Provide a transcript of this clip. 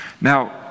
Now